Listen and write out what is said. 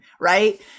right